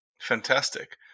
Fantastic